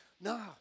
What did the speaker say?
No